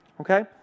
Okay